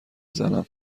زنم